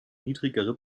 niedrigere